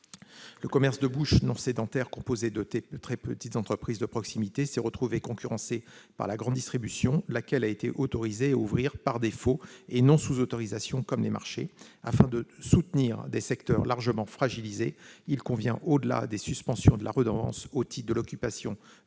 Le commerce de bouche non sédentaire, composé de très petites entreprises de proximité, s'est retrouvé concurrencé par la grande distribution, laquelle a été autorisée à ouvrir par défaut et sans autorisation, contrairement aux marchés. Afin de soutenir des secteurs largement fragilisés, il convient d'aller au-delà des suspensions de la redevance au titre de l'occupation du domaine